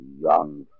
Young